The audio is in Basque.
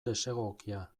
desegokia